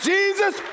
Jesus